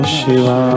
Shiva